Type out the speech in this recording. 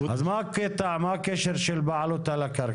אז מה הקשר של בעלות על הקרקע,